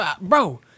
Bro